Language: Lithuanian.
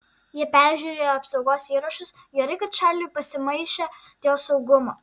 jie peržiūrėjo apsaugos įrašus gerai kad čarliui pasimaišę dėl saugumo